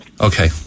Okay